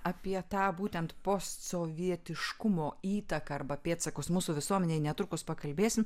apie tą būtent postsovietiškumo įtaką arba pėdsakus mūsų visuomenėje netrukus pakalbėsim